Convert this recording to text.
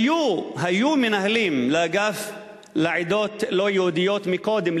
היו מנהלים לאגף לעדות לא-יהודיות קודם,